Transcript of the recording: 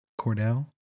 Cordell